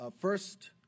first